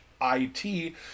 I-T